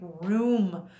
room